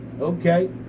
okay